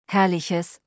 Herrliches